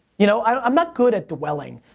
you know, i'm not good at dwelling.